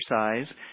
exercise